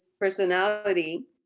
personality